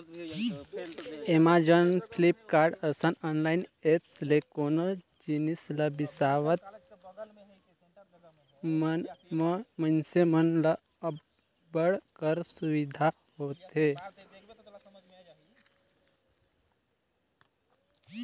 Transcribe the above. Amazon, Flipkart, असन online apps ले कोनो जिनिस ल बिसावत म मइनसे मन ल अब्बड़ कर सुबिधा होथे